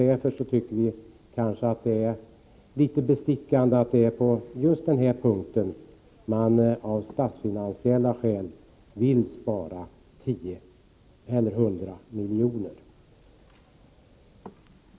Därför tycker vi att det är litet bestickande att man just på den här punkten av statsfinansiella skäl vill spara 100 miljoner.